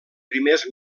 primers